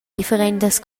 differentas